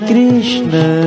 Krishna